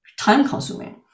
time-consuming